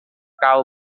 kau